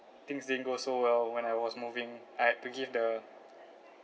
things didn't go so well when I was moving I had to give the